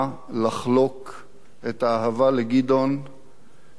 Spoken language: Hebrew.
את האהבה לגדעון עם אלפי אנשים בשירות,